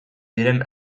diren